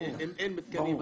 אין מתקנים.